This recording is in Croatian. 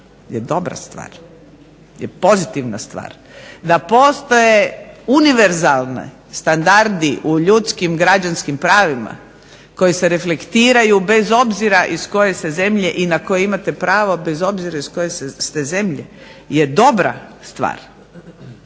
je dobra stvar, je pozitivna stvar, da postoje univerzalni standardi u ljudskim građanskim pravima koji se reflektiraju bez obzira iz koje se zemlje i na koje imate pravo bez obzira iz koje ste zemlje je dobra stvar.